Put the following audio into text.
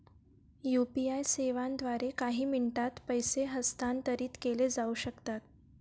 UPI सेवांद्वारे काही मिनिटांत पैसे हस्तांतरित केले जाऊ शकतात